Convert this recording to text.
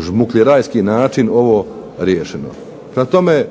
žmukljerajski način ovo riješeno. Prema tome,